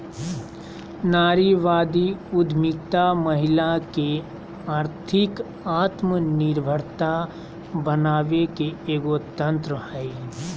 नारीवादी उद्यमितामहिला के आर्थिक आत्मनिर्भरता बनाबे के एगो तंत्र हइ